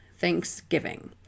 Thanksgiving